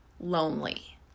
lonely